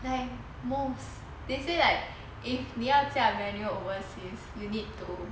like most they say like if 你要驾 manual overseas you need to